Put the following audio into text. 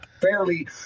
fairly